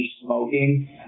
smoking